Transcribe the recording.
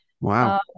wow